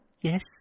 yes